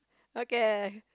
okay